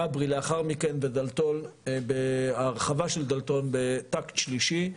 כברי לאחר מכן ודלתון בהרחבה של דלתון בתג שלישי.